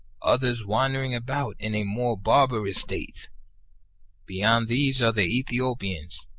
others wandering about in a more bar barous state beyond these are the ethiopians,